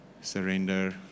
surrender